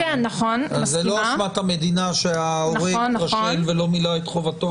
זאת לא אשמת המדינה שההורה התרשל ולא מילא את חובתו.